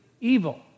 evil